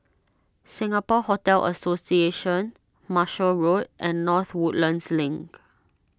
Singapore Hotel Association Marshall Road and North Woodlands Link